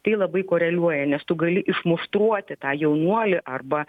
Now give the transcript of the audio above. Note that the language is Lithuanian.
tai labai koreliuoja nes tu gali išmuštruoti tą jaunuolį arba